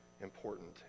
important